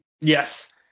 yes